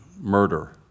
murder